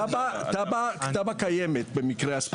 תב"ע קיימת במקרה הספציפי הזה.